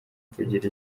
kugira